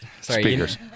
speakers